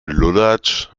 lulatsch